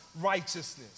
righteousness